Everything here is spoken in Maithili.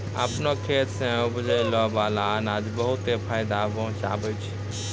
आपनो खेत सें उपजै बाला अनाज बहुते फायदा पहुँचावै छै